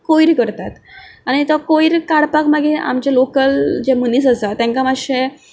कोयर करतात आनी तो कोयर काडपाक मागीर आमचे लोकल जे मनीस आसात तांकां मातशें